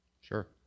Sure